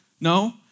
no